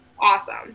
Awesome